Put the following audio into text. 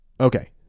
Okay